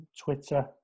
Twitter